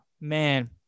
man